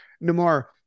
Namar